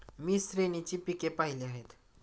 मी श्रेणीची पिके पाहिली आहेत